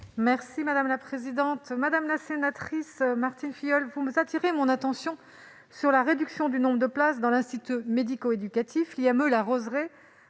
est à Mme la secrétaire d'État. Madame la sénatrice Martine Filleul, vous attirez mon attention sur la réduction du nombre de places dans l'institut médico-éducatif